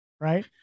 right